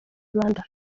rwanda